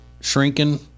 shrinking